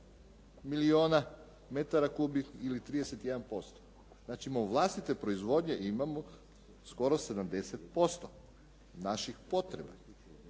milijuna metara kubnih ili 31%, znači vlastite proizvodnje imamo skoro 70% naših potreba,